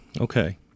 Okay